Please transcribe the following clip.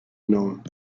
known